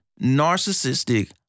narcissistic